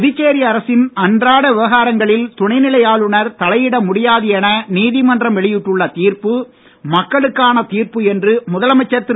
புதுச்சேரி அரசின் அன்றாட விவகாரங்களில் துணைநிலை ஆளுநர் தலையிட முடியாது என நீதிமன்றம் வெளியிட்டுள்ள தீர்ப்பு மக்களுக்கான தீர்ப்பு என்று முதலமைச்சர் திரு